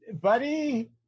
buddy